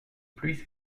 pluie